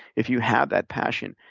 if you have that passion,